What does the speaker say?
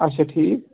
اَچھا ٹھیٖک